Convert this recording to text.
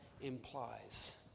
implies